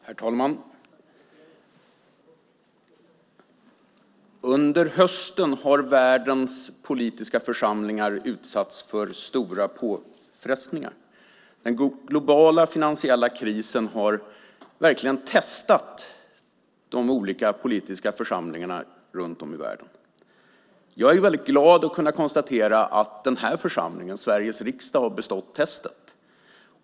Herr talman! Under hösten har världens politiska församlingar utsatts för stora påfrestningar. Den globala finansiella krisen har verkligen testat de olika politiska församlingarna runt om i världen. Jag är väldigt glad att kunna konstatera att den här församlingen, Sveriges riksdag, har bestått testet.